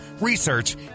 research